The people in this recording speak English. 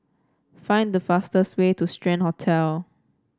find the fastest way to Strand Hotel